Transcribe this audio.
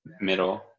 middle